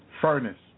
furnace